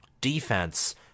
Defense